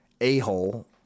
a-hole